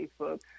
facebook